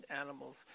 animals